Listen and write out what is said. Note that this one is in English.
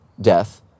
death